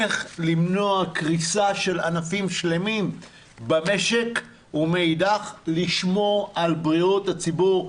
איך למנוע קריסה של ענפים שלמים במשק ומאידך לשמור על בריאות הציבור.